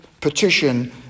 petition